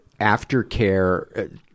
aftercare